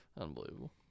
Unbelievable